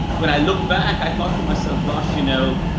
when i look back, i thought to myself, gosh, you know,